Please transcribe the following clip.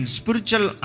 spiritual